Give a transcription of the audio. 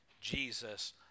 Jesus